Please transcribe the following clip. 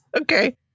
Okay